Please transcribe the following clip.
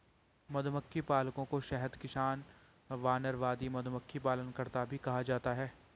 मधुमक्खी पालकों को शहद किसान, वानरवादी, मधुमक्खी पालनकर्ता भी कहा जाता है